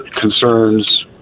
concerns